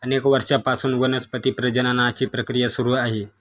अनेक वर्षांपासून वनस्पती प्रजननाची प्रक्रिया सुरू आहे